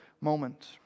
moment